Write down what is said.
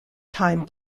time